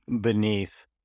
beneath